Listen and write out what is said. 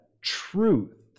truth